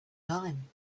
time